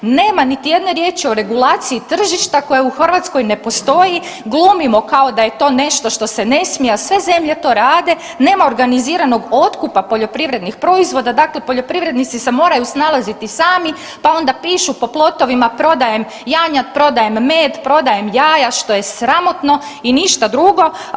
Nema niti jedne riječi o regulaciji tržišta koja u Hrvatskoj ne postoji, glumimo kao da je to nešto što se ne smije, a sve zemlje to rade, nema organiziranog otkupa poljoprivrednih proizvoda, dakle poljoprivrednici se moraju snalaziti sami pa onda pišu po plotovima prodajem janjad, prodajem med, prodajem jaja što je sramotno i ništa drugo.